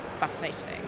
Fascinating